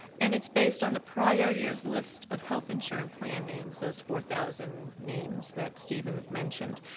and it's based on the prior year's list of health insurance plan names, so it's four thousand names that stephen mentioned.